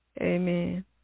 Amen